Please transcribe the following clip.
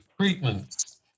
treatments